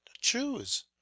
choose